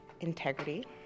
integrity